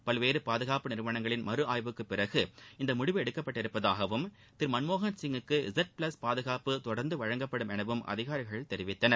பல்வேறு பாதுகாப்பு நிறுவனங்களின் மறு ஆய்வுக்குப்பிறகு இந்த முடிவு எடுக்கப்பட்டுள்ளதாகவும் திரு மன்மோகன்சிய் குக்கு இசட் பிளஸ் பாதுகாப்பு தொடர்ந்து வழங்கப்படும் எனவும் அதிகாரிகள் தெரிவித்தனர்